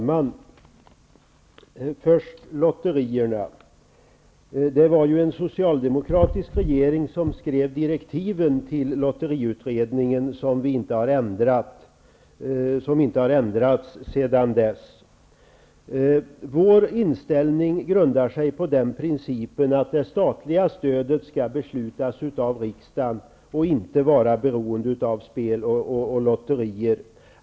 Herr talman! Det var ju en socialdemokratisk regering som skrev direktiven till lotteriutredningen, vilka inte har ändrats sedan dess. Vår inställning grundar sig på principen att det statliga stödet skall beslutas av riksdagen och inte vara beroende av spel och lotterier.